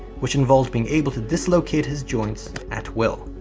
which involved being able to dislocate his joints at will.